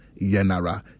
Yenara